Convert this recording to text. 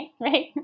Right